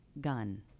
gun